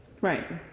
right